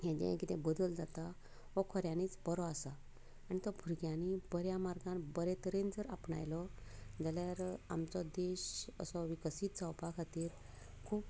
हें जें किदें बदल जाता हो खऱ्यांनीच बरो आसा आनी तो भुरग्यांनी बऱ्या मार्गान बरे तरेन जर आपणायलो जाल्यार आमचो देश असो विकसीत जावपा खातीर खूब